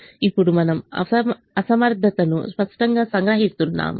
ఇప్పుడు మనము అసమర్థతను స్పష్టంగా సంగ్రహిస్తున్నాము